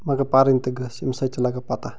مگر پرٕنۍ تہِ گٔژھ امہِ سۭتۍ چھِ لگان پتاہ